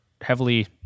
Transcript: heavily